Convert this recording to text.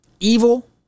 evil